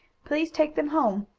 please take them home.